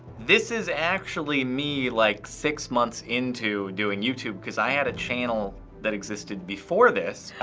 this is actually me like six months into doing youtube, because i had a channel that existed before this.